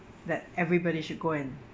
that everybody should go and